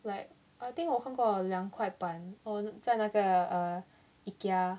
like I think 我看过两块半 on 在那个 uh ikea